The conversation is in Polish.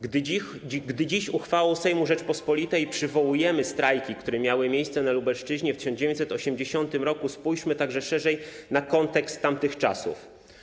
Gdy dziś uchwałą Sejmu Rzeczypospolitej przywołujemy strajki, które miały miejsce na Lubelszczyźnie w 1980 r., spójrzmy także szerzej na kontekst tamtych czasów.